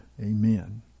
Amen